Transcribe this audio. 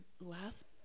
last